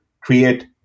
create